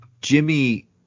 Jimmy